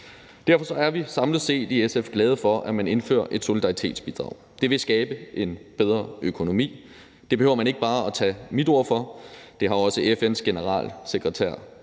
Derfor er vi i SF samlet set glade for, at man indfører et solidaritetsbidrag. Det vil skabe en bedre økonomi. Det behøver man ikke bare at tage mit ord for; det har også FN's generalsekretær,